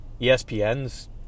ESPN's